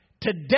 Today